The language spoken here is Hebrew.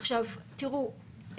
עכשיו תראו,